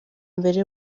mbere